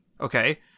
Okay